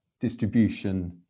distribution